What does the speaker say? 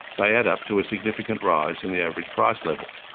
they add up to a significant rise in the average price level.